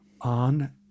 on